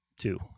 two